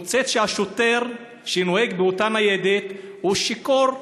מוצאת שהשוטר שנוהג באותה ניידת הוא שיכור,